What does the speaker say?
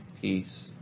Peace